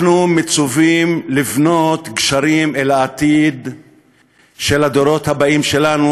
אנחנו מצווים לבנות גשרים אל העתיד של הדורות הבאים שלנו,